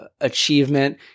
achievement